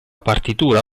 partitura